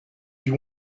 you